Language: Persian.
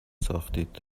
ساختید